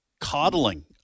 coddling